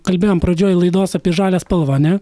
kalbėjom pradžioj laidos apie žalią spalvą ane